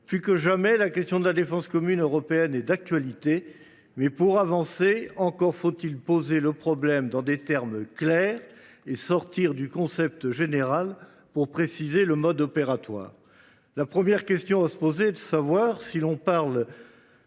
Plus que jamais, la question de la défense commune européenne est d’actualité. Mais pour avancer, encore faut il poser le problème dans des termes clairs et sortir du concept général pour préciser le mode opératoire. La première question à se poser est de savoir si l’on parle